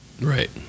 right